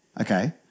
okay